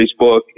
Facebook